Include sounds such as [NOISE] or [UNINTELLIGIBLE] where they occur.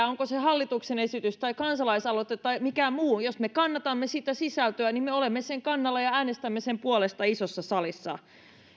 [UNINTELLIGIBLE] onko se hallituksen esitys tai kansalaisaloite tai joku muu jos me kannatamme sitä sisältöä niin me olemme sen kannalla ja äänestämme sen puolesta isossa salissa